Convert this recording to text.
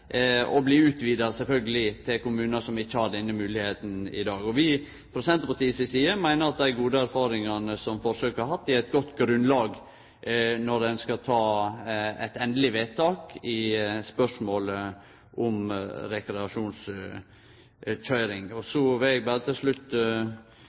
og bli utvida, sjølvsagt, til kommunar som ikkje har denne moglegheita i dag. Vi i Senterpartiet meiner at dei gode erfaringane som forsøket har hatt, gir eit godt grunnlag når ein skal gjere eit endeleg vedtak i høve til rekreasjonskøyring. Så vil eg fyrst rose saksordføraren, Rudihagen, for ein god gjennomgang, og